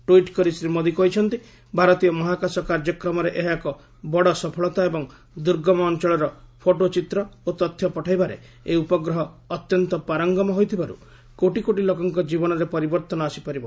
tweet କରି ଶ୍ରୀ ମୋଦି କହିଛନ୍ତି ଭାରତୀୟ ମହାକାଶ କାର୍ଯ୍ୟକ୍ରମରେ ଏହା ଏକ ବଡ ସଫଳତା ଏବଂ ଦୁର୍ଗମ ଅଞ୍ଚଳର ଫଟୋଚିତ୍ର ଓ ତଥ୍ୟ ପଠାଇବାରେ ଏହି ଉପଗ୍ହ ଅତ୍ୟନ୍ତ ପାରଙ୍ଗମ ହୋଇଥିବାରୁ କୋଟି କୋଟି ଲୋକଙ୍କ ଜୀବନରେ ପରିବର୍ତ୍ତନ ଆସିପାରିବ